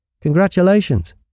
congratulations